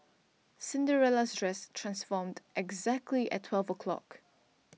Cinderella's dress transformed exactly at twelve o'clock